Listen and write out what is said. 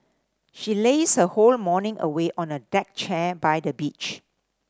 she lazed her whole morning away on a deck chair by the beach